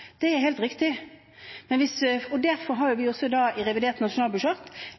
det er helt riktig. Derfor har vi i revidert nasjonalbudsjett bevilget mer penger nettopp til utstyr, fordi vi